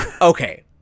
Okay